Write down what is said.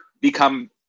become